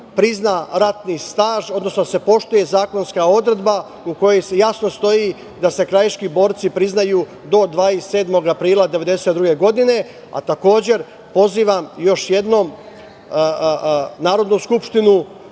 prizna ratni staž, odnosno da se poštuje zakonska odredba u kojoj jasno stoji da se krajiški borci priznaju do 27. aprila 1992. godine. Takođe, pozivam još jednom Narodnu skupštinu